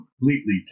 completely